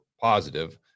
positive